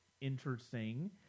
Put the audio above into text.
interesting